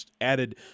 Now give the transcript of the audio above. added